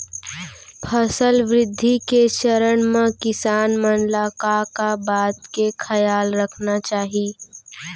फसल वृद्धि के चरण म किसान मन ला का का बात के खयाल रखना चाही?